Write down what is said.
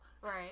Right